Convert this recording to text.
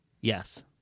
Yes